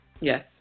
Yes